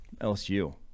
LSU